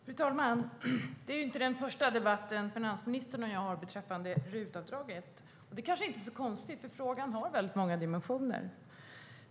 Fru talman! Det här är inte den första debatten finansministern och jag har beträffande RUT-avdraget. Det är kanske inte så konstigt eftersom frågan har många dimensioner.